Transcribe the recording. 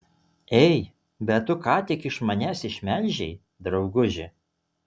ei bet tu ką tik iš manęs išmelžei drauguži